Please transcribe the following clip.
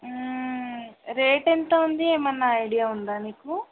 rate ఎంత ఉంది ఏమన్న ఐడియా ఉందా నీకు